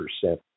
percent